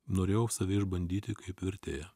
norėjau save išbandyti kaip vertėją